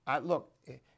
Look